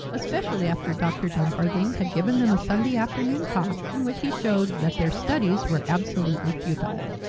especially after dr. dumfarthing had given them a sunday afternoon talk in which he showed that their studies were absolutely futile.